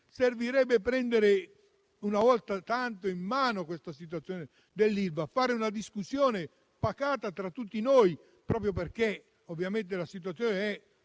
servirebbe prendere una volta tanto in mano il problema dell'Ilva, fare una discussione pacata tra tutti noi, proprio perché ovviamente la situazione è